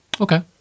Okay